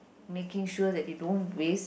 making sure that they don't waste